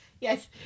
Yes